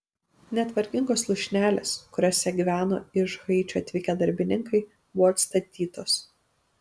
net vargingos lūšnelės kuriose gyveno iš haičio atvykę darbininkai buvo atstatytos